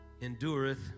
endureth